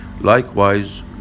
Likewise